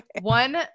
one